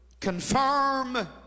confirm